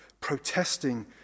protesting